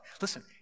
Listen